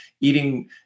eating